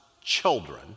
children